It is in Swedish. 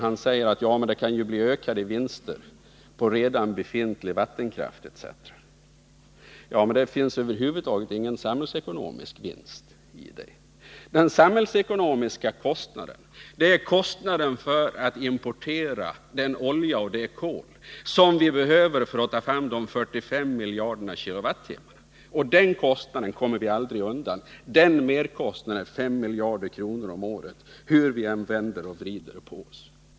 Han säger att det kan bli ökade vinster på redan befintlig vattenkraft etc. Ja, men det finns över huvud taget inte någon samhällsekonomisk vinst i det. Den samhällsekonomiska kostnaden är kostnaden för att importera den olja och det kol som vi behöver för att ta fram de 45 miljarderna kWh. Den merkostnaden på 5 miljarder kronor om året kommer vi aldrig undan hur vi än vänder och vrider på oss.